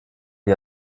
die